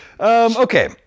okay